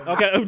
Okay